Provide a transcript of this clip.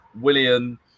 William